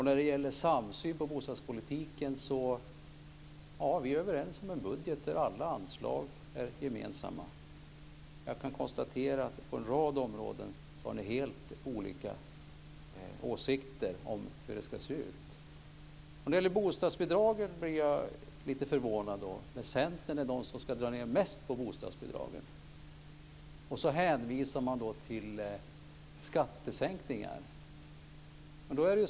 När det gäller samsyn på bostadspolitiken, är vi överens om en budget där alla anslag är gemensamma. Jag kan konstatera att på en rad områden har ni helt olika åsikter om hur det ska se ut. När det gäller bostadsbidragen blir jag lite förvånad när det är Centern som ska dra ned mest på bostadsbidragen. Man hänvisar då till skattesänkningar.